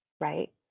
right